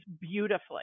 beautifully